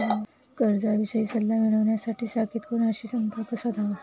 कर्जाविषयी सल्ला मिळवण्यासाठी शाखेत कोणाशी संपर्क साधावा?